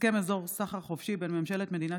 3. הסכם אזור סחר חופשי בין ממשלת מדינת